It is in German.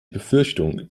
befürchtung